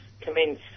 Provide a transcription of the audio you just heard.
commence